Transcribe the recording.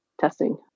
testing